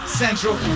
central